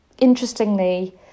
interestingly